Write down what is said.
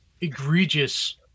egregious